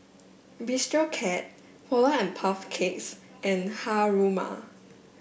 Bistro Cat Polar and Puff Cakes and Haruma